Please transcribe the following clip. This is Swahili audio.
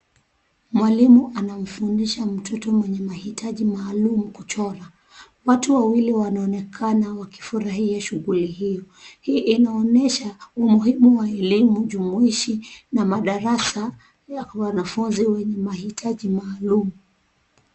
Mwalimu anamfundisha mtoto mwenye mahitaji maalumu kuchora. Watu wawili wanaonekana wakifurahia shughuli hii. Hii inaonesha umuhimu wa elimu jumuishi na madarasa ya wanafunzi wenye mahitaji maalumu.